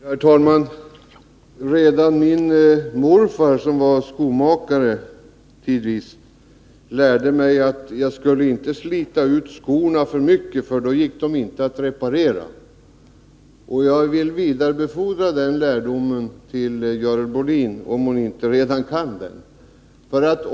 Herr talman! Redan min morfar, som var skomakare tidvis, lärde mig att jaginte skulle slita skorna för mycket, för då gick de inte att reparera. Jag vill vidarebefordra den lärdomen till Görel Bohlin, om hon inte redan har den.